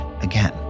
again